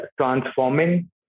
transforming